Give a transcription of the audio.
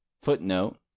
Footnote